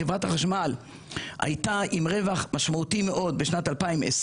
חברת החשמל הייתה עם רווח משמעותי מאוד בשנת 2022,